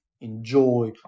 enjoy